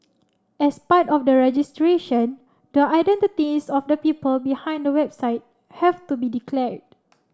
as part of the registration the identities of the people behind the website have to be declared